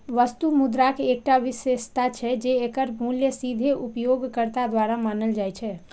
वस्तु मुद्राक एकटा विशेषता छै, जे एकर मूल्य सीधे उपयोगकर्ता द्वारा मानल जाइ छै